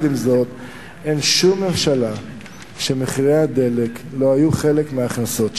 אין שום ממשלה שמחירי הדלק לא היו חלק מההכנסות שלה.